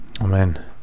Amen